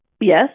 yes